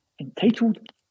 entitled